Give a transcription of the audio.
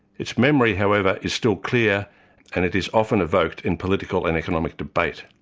its memory however is still clear and it is often evoked in political and economic debate.